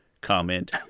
comment